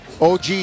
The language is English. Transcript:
OG